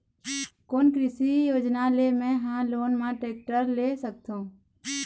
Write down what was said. कोन कृषि योजना ले मैं हा लोन मा टेक्टर ले सकथों?